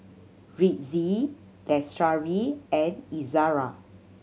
Rizqi Lestari and Izara